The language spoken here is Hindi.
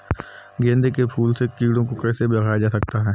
गेंदे के फूल से कीड़ों को कैसे भगाया जा सकता है?